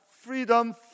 freedom